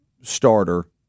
starter